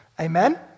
Amen